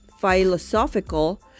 philosophical